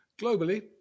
Globally